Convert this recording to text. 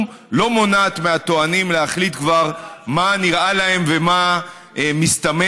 לא מונעת מהטוענים להחליט כבר מה נראה להם ומה מסתמן,